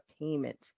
payment